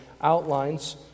outlines